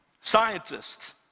Scientists